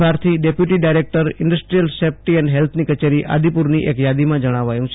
Bharathi deputy director industrial safety and હેલ્થની કચેરી આદિપુર કચ્છ દ્વારા જણાવાયું છે